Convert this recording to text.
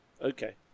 okay